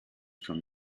from